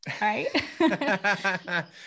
Right